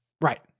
Right